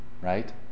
Right